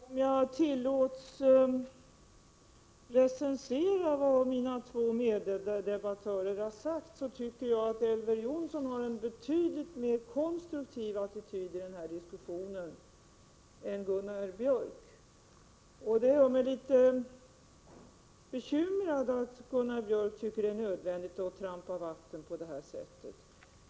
Herr talman! Om jag tillåts recensera vad mina två meddebattörer har sagt, så får jag säga att jag tycker att Elver Jonsson har intagit en betydligt mer konstruktiv attityd i den här diskussionen än Gunnar Björk. Det gör mig litet bekymrad att Gunnar Björk tycker att det är nödvändigt att trampa vatten på det här sättet.